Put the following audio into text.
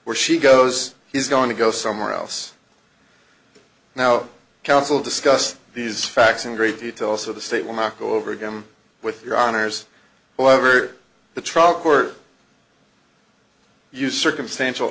where she goes he's going to go somewhere else now counsel discussed these facts in great detail so the state will not go over again with your honor's well over the trial court you circumstantial